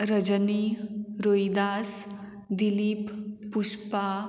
Rajani Rohidas Dilip Pusha